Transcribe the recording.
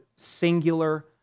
singular